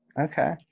Okay